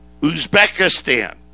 Uzbekistan